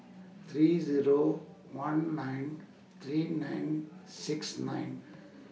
three Zero one nine three nine six nine